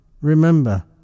remember